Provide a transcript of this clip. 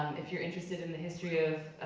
if you're interested in the history of